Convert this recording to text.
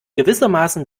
gewissermaßen